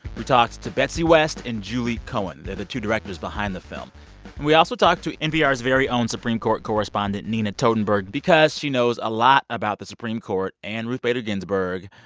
who talks to betsy west and julie cohen. they're the two directors behind the film. and we also talked to npr's very own supreme court correspondent nina totenberg because she knows a lot about the supreme court and ruth bader ginsburg.